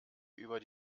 über